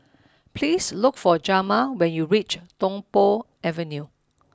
please look for Jamar when you reach Tung Po Avenue